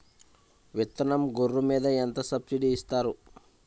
విత్తనం గొర్రు మీద ఎంత సబ్సిడీ ఇస్తారు?